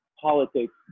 politics